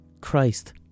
Christ